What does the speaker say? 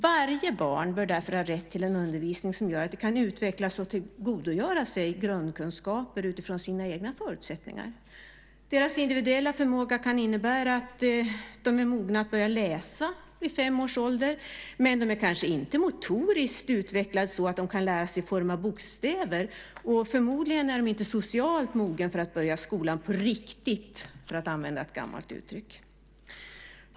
Varje barn bör därför ha rätt till en undervisning som gör att det kan utvecklas och tillgodogöra sig grundkunskaper utifrån sina egna förutsättningar. Deras individuella förmåga kan innebära att de är mogna att börja läsa vid fem års ålder, men de är kanske inte så motoriskt utvecklade att de kan lära sig att forma bokstäver och förmodligen är de inte socialt mogna för att börja skolan på riktigt, för att använda ett gammalt uttryck.